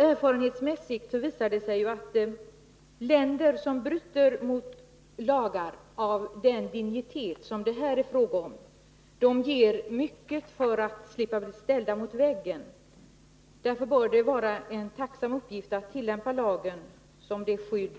Erfarenheten visar att länder som bryter mot lagar av den dignitet som det här är fråga om ger mycket för att slippa bli ställda mot väggen. Därför bör det vara en tacksam uppgift att tillämpa lagen som det skydd